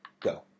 Go